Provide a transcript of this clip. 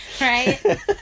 Right